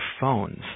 phones